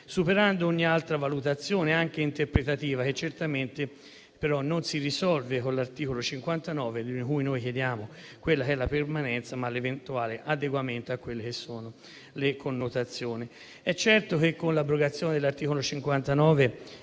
superando ogni altra valutazione anche interpretativa, che certamente però non si risolve con l'articolo 59, di cui noi chiediamo la permanenza, ma anche con l'eventuale adeguamento alle connotazioni. È certo che con l'abrogazione dell'articolo 59